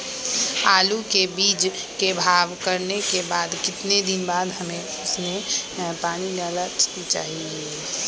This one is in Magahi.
आलू के बीज के भाव करने के बाद कितने दिन बाद हमें उसने पानी डाला चाहिए?